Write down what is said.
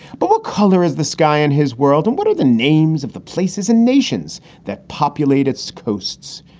but what color is the sky in his world and what are the names of the places and nations that populate its coasts?